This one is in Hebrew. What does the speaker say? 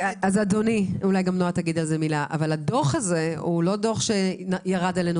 אבל הדוח הזה הוא לא דוח שירד עלינו